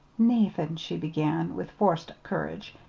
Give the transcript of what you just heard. nathan, she began, with forced courage,